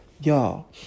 Y'all